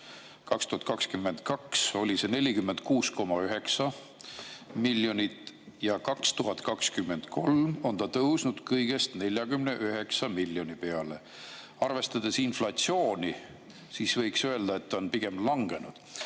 2022 oli see 46,9 miljonit ja 2023 on see tõusnud kõigest 49 miljoni peale. Arvestades inflatsiooni võiks öelda, et see on pigem langenud.